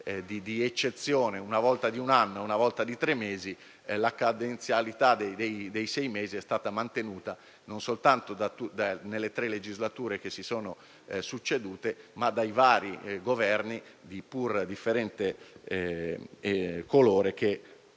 temporale è stato di un anno o di tre mesi, la cadenza dei sei mesi è stata mantenuta, non soltanto nelle tre legislature che si sono succedute, ma dai vari Governi di pur differente colore che